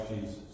Jesus